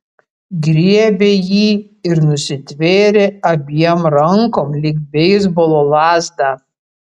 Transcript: griebė jį ir nusitvėrė abiem rankom lyg beisbolo lazdą